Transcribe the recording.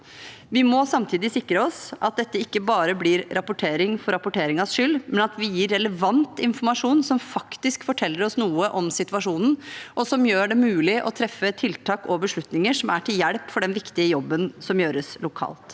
Vi må samtidig sikre oss at dette ikke bare blir rapportering for rapporteringens skyld, men at vi gir relevant informasjon som faktisk forteller oss noe om situasjonen, og som gjør det mulig å treffe tiltak og beslutninger som er til hjelp for den viktige jobben som gjøres lokalt.